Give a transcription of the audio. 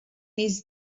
his